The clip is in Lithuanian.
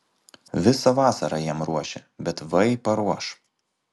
visą vasarą jam ruošia bet vai paruoš